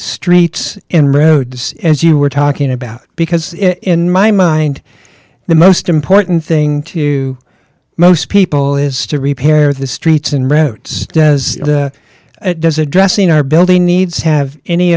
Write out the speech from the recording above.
streets and roads as you were talking about because in my mind the most important thing to most people is to repair the streets and roads does it does addressing our building needs have any